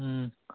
ꯎꯝ